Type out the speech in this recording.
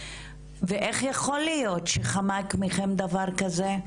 ואיך יכול להיות שחמק מכם דבר כזה?